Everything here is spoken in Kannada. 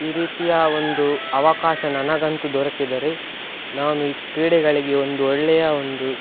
ಈ ರೀತಿಯ ಒಂದು ಅವಕಾಶ ನನಗಂತು ದೊರಕಿದರೆ ನಾನು ಈ ಕ್ರೀಡೆಗಳಿಗೆ ಒಂದು ಒಳ್ಳೆಯ ಒಂದು